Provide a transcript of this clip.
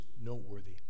noteworthy